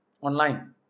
online